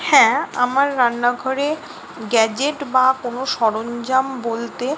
হ্যাঁ আমার রান্নাঘরে গ্যাজেট বা কোনো সরঞ্জাম বলতে